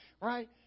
Right